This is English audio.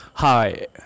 Hi